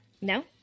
No